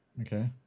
Okay